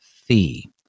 fee